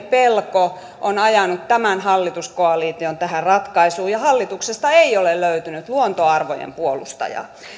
pelko on ajanut tämän hallituskoalition tähän ratkaisuun ja hallituksesta ei ole löytynyt luontoarvojen puolustajaa